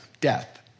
death